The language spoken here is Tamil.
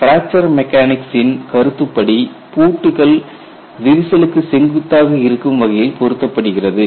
பிராக்சர் மெக்கானிக்சின் கருத்துப்படி பூட்டுக்கள் விரிசலுக்கு செங்குத்தாக இருக்கும் வகையில் பொருத்தப்படுகிறது